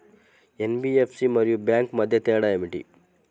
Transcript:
NBFC మరియు bank మధ్య తేడా ఏమిటీ?